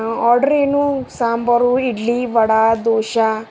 order ಏನು ಸಾಂಬಾರು ಇಡ್ಲಿ ವಡೆ ದೋಸೆ